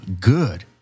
good